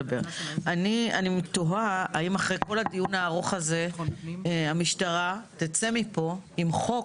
אני תוהה אם אחרי כל הדיון הארוך הזה המשטרה תצא מפה עם חוק,